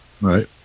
Right